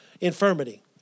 infirmity